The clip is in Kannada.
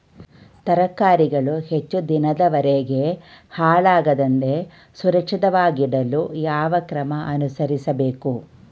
ತರಕಾರಿಗಳು ಹೆಚ್ಚು ದಿನದವರೆಗೆ ಹಾಳಾಗದಂತೆ ಸುರಕ್ಷಿತವಾಗಿಡಲು ಯಾವ ಕ್ರಮ ಅನುಸರಿಸಬೇಕು?